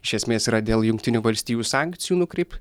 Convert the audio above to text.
iš esmės yra dėl jungtinių valstijų sankcijų nukreip